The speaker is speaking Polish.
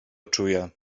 czuje